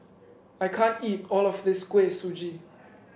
I can't eat all of this Kuih Suji